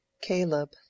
Caleb